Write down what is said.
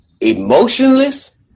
emotionless